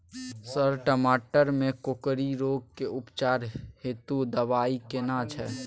Sir टमाटर में कोकरि रोग के उपचार हेतु दवाई केना छैय?